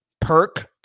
perk